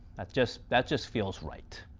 that just. that just feels right.